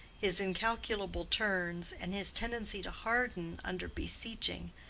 his incalculable turns, and his tendency to harden under beseeching,